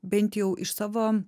bent jau iš savo